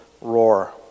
roar